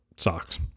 socks